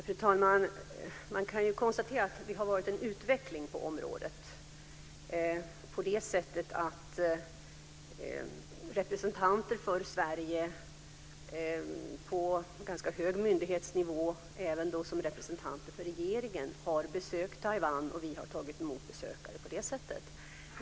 Fru talman! Man kan konstatera att det har skett en utveckling på området så att representanter för Sverige på ganska hög myndighetsnivå, även som representanter för regeringen, har besökt Taiwan, och vi har tagit emot besökare.